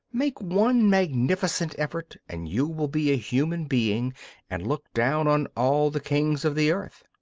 make one magnificent effort and you will be a human being and look down on all the kings of the earth.